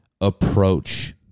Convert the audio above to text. approach